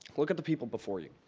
look at the people before you.